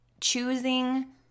choosing